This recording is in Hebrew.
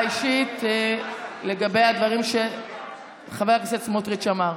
אישית לגבי הדברים שחבר הכנסת סמוטריץ' אמר.